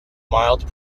mild